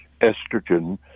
Estrogen